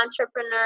entrepreneur